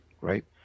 right